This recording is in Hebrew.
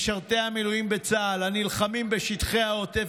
משרתי המילואים בצה"ל נלחמים בשטחי העוטף